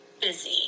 busy